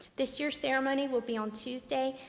this year's ceremony will be on tuesday,